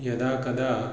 यदाकदा